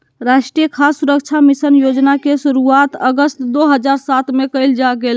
राष्ट्रीय खाद्य सुरक्षा मिशन योजना के शुरुआत अगस्त दो हज़ार सात में कइल गेलय